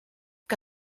que